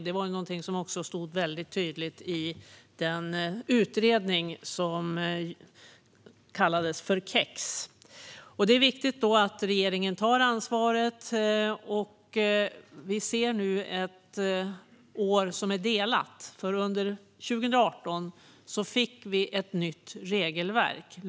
Det stod också tydligt i den utredning som kallades KEX. Det är viktigt att regeringen tar detta ansvar. Vi ser nu ett år som är delat, för under 2018 fick vi ett nytt regelverk.